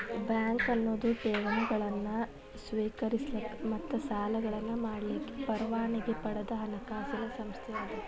bank ಅನ್ನೊದು ಠೇವಣಿಗಳನ್ನ ಸ್ವೇಕರಿಸಲಿಕ್ಕ ಮತ್ತ ಸಾಲಗಳನ್ನ ಮಾಡಲಿಕ್ಕೆ ಪರವಾನಗಿ ಪಡದ ಹಣಕಾಸಿನ್ ಸಂಸ್ಥೆ ಅದ